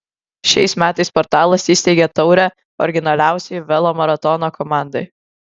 šiais metais portalas įsteigė taurę originaliausiai velomaratono komandai